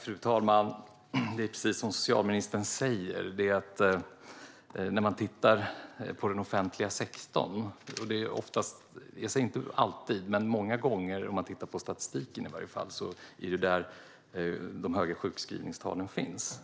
Fru talman! Precis som socialministern säger ser man många gånger, om än inte alltid, om man tittar på statistiken att det är i den offentliga sektorn de höga sjukskrivningstalen finns.